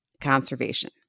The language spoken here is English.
conservation